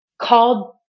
called